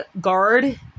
guard